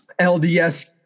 LDS